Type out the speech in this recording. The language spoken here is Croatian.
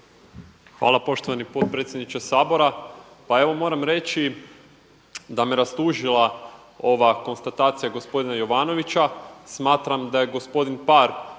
Hvala poštovani potpredsjedniče Sabora. Pa evo moram reći da me rastužila ova konstatacija gospodina Jovanovića. Smatram da je gospodin Paar